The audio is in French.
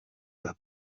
vas